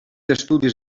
estudis